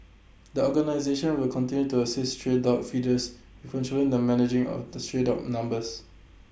the organisation will continue to assist stray dog feeders with controlling and managing of the stray dog numbers